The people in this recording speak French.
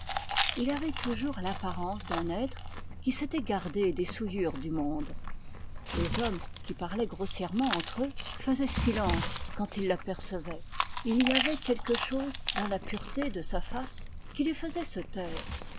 il avait toujours l'apparence d'un être qui s'était gardé des souillures du monde les hommes qui parlaient grossièrement entre eux faisaient silence quand ils l'apercevaient il y avait quelque chose dans la pureté de sa face qui les faisait se taire